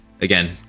Again